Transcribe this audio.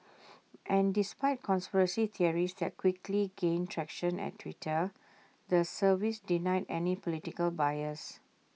and despite conspiracy theories that quickly gained traction at Twitter the service denied any political bias